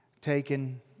taken